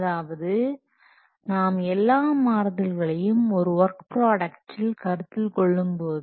அதாவது நாம் எல்லா மாறுதல்களையும் ஒரு ஒர்க் ப்ராடக்டில்கருத்தில் கொள்ளும்போது